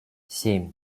семь